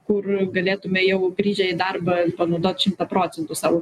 kur galėtume jau grįžę į darbą panaudot šimtą procentų savo